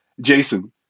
Jason